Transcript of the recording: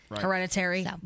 Hereditary